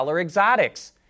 exotics